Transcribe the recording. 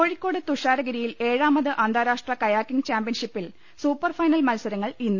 കോഴിക്കോട് തുഷാരഗിരിയിൽ ഏഴാമത് അന്താരാഷ്ട്ര കയാക്കിംഗ് ചാംപ്യൻഷിപ്പിൽ സൂപ്പർഫൈനൽ മത്സരങ്ങൾ ഇന്ന്